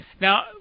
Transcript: Now